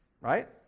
Right